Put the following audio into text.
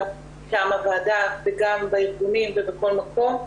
גם הוועדה וגם בארגונים ובכל מקום,